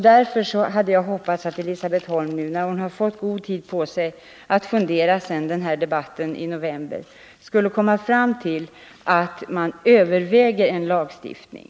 Därför hade jag hoppats att Elisabet Holm, då hon har haft god tid på sig att fundera sedan debatten i november, skulle ha kommit fram till att regeringen måste överväga en lagstiftning.